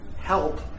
help